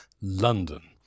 London